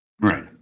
right